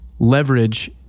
leverage